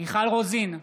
מיכל רוזין,